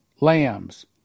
lambs